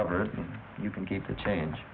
cover you can keep the change